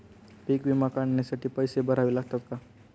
पीक विमा काढण्यासाठी पैसे भरावे लागतात का?